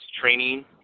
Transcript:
training